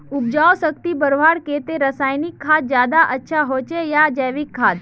उपजाऊ शक्ति बढ़वार केते रासायनिक खाद ज्यादा अच्छा होचे या जैविक खाद?